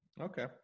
Okay